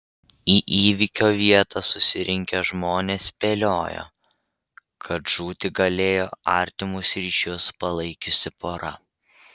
į įvykio vietą susirinkę žmonės spėliojo kad žūti galėjo artimus ryšius palaikiusi pora